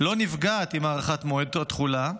לא נפגעת עם הארכת מועד התחולה,